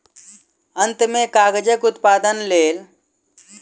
अंत में कागजक उत्पादनक लेल गरम तापमान के जरूरत पड़ैत अछि